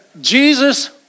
Jesus